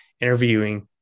interviewing